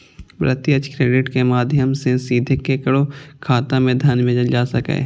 प्रत्यक्ष क्रेडिट के माध्यम सं सीधे केकरो खाता मे धन भेजल जा सकैए